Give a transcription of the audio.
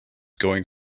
going